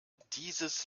dieses